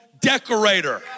decorator